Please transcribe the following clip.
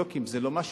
לא עובד סוציאלי,